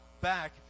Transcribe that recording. back